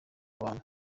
abantu